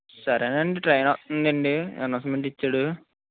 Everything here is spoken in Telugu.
సరేనండి ట్రైన్ వస్తుంది అండి అన్నౌన్స్మెంట్ ఇచ్చాడు